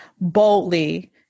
boldly